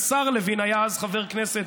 השר לוין היה אז חבר כנסת,